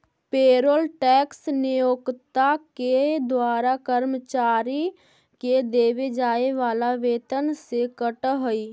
payroll tax नियोक्ता के द्वारा कर्मचारि के देवे जाए वाला वेतन से कटऽ हई